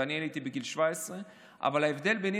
ואני עליתי בגיל 17. אבל ההבדל ביני